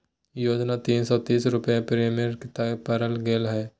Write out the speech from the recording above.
योजना तीन सो तीस रुपये प्रीमियम तय करल गेले हइ